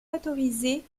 autorisées